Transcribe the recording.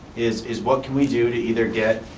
is is what can we do to either get